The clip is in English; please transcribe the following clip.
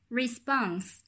response